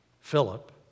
Philip